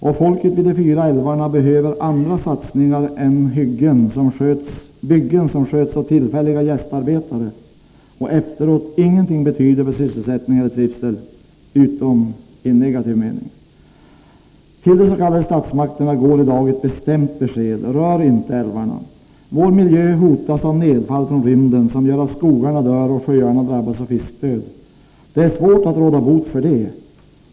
Och folket vid de fyra älvarna behöver andra satsningar än byggen som sköts av tillfälliga gästarbetare och efteråt ingenting betyder för sysselsättning eller trivsel — utom i negativ mening. Till de s.k. statsmakterna går i dag ett bestämt besked: Rör inte älvarna! Vår miljö hotas av nedfall från rymden som gör att skogarna dör och sjöarna drabbas av fiskdöd. Det är svårt att råda bot för det.